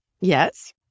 Yes